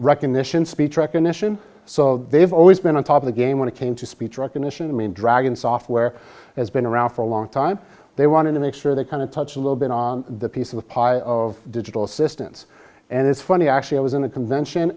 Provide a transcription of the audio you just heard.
recognition speech recognition so they've always been on top of the game when it came to speech recognition i mean dragon software has been around for a long time they want to make sure they kind of touch a little bit on the piece of the pie of digital assistants and it's funny actually i was in a convention